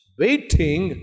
waiting